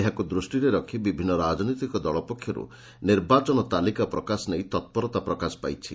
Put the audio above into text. ଏହାକୁ ଦୃଷ୍ଷିରେ ରଖ୍ ବିଭିନ୍ନ ରାଜନୈତିକ ଦଳ ପକ୍ଷରୁ ନିର୍ବାଚନ ତାଲିକା ପ୍ରକାଶ ନେଇ ତପୂରତା ପ୍ରକାଶ ପାଇଛି